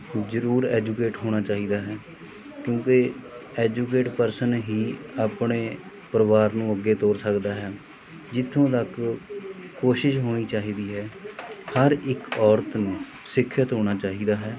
ਜ਼ਰੂਰ ਐਜੂਕੇਟ ਹੋਣਾ ਚਾਹੀਦਾ ਹੈ ਕਿਉਂਕਿ ਐਜੂਕੇਟ ਪਰਸਨ ਹੀ ਆਪਣੇ ਪਰਿਵਾਰ ਨੂੰ ਅੱਗੇ ਤੋਰ ਸਕਦਾ ਹੈ ਜਿੱਥੋਂ ਤੱਕ ਕੋਸ਼ਿਸ਼ ਹੋਣੀ ਚਾਹੀਦੀ ਹੈ ਹਰ ਇੱਕ ਔਰਤ ਨੂੰ ਸਿੱਖਿਅਤ ਹੋਣਾ ਚਾਹੀਦਾ ਹੈ